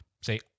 say